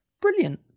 Brilliant